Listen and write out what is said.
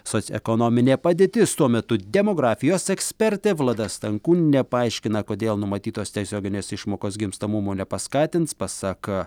soc ekonominė padėtis tuo metu demografijos ekspertė vlada stankūnienė paaiškina kodėl numatytos tiesioginės išmokos gimstamumo nepaskatins pasak